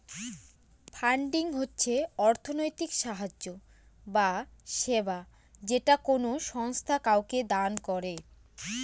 funding হচ্ছে অর্থনৈতিক সাহায্য বা সেবা যেটা কোনো সংস্থা কাউকে দান করে